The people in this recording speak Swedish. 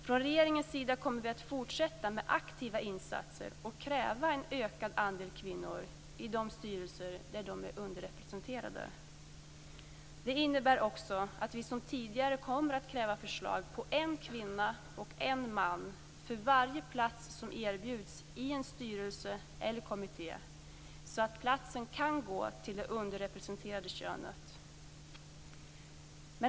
Från regeringens sida kommer vi att fortsätta med aktiva insatser och kräva en ökad andel kvinnor i de styrelser där de är underrepresenterade. Det innebär också att vi, liksom tidigare, kommer att kräva förslag på en kvinna och en man för varje plats som erbjuds i en styrelse eller kommitté så att platsen kan gå till det underrepresenterade könet.